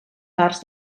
parts